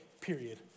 period